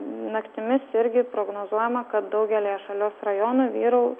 naktimis irgi prognozuojama kad daugelyje šalies rajonų vyrau